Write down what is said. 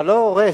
אתה לא הורס